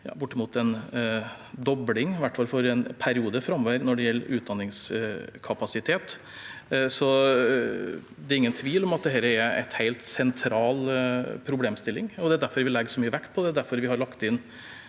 Muntlig spørretime 3279 fall for en periode framover, når det gjelder utdanningskapasitet. Det er ingen tvil om at dette er en helt sentral problemstilling. Det er derfor vi legger så mye vekt på det. Det er derfor vi har lagt inn